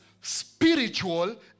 spiritual